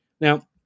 Now